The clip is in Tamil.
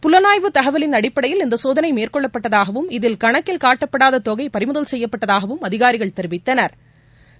புலனாய்பு தகவலின் அடிப்படையில் இந்த சோதனை மேற்கொள்ளப்பட்டதாகவும் இதில் கணக்கில் காட்டப்படாத தொகை பறிமுதல் செய்யப்பட்டதாகவும் அதிகாரிகள் தெரிவித்தனா்